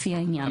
לפי העניין.